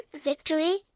victory